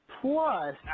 Plus